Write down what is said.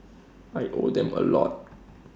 I owe them A lot